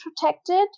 protected